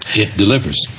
it delivers.